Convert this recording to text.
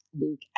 Luke